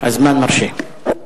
הזמן מרשה.